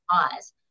cause